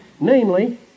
Namely